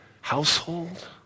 household